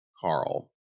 Carl